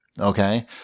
Okay